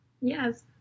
yes